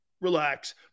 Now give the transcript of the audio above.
Relax